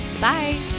Bye